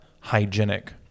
hygienic